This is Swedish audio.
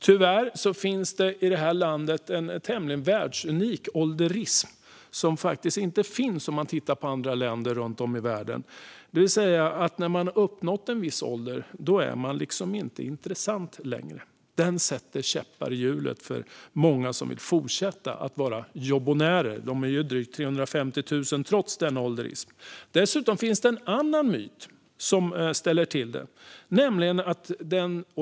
Tyvärr finns det i det här landet en tämligen världsunik ålderism som faktiskt inte finns om man tittar på andra länder runt om i världen. När man har uppnått en viss ålder är man inte intressant längre. Den synen sätter käppar i hjulet för många som vill fortsätta att vara jobbonärer. De är drygt 350 000 trots denna ålderism. Dessutom finns det en annan myt som ställer till det.